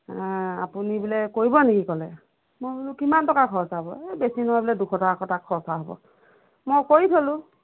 আপুনি বোলে কৰিব নেকি ক'লে মই বোলো কিমান টকা খৰচা হ'ব এই বেছি নহয় বোলে দুশ টকা এটা খৰচা হ'ব মই কৰি থ'লোঁ